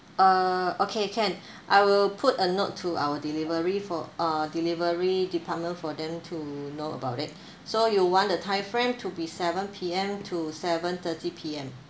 uh okay can I will put a note to our delivery for uh delivery department for them to know about it so you want the time frame to be seven P_M to seven thirty P_M